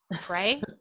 Pray